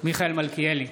מיכאל מלכיאלי,